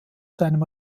seinem